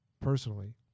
personally